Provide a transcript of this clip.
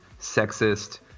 sexist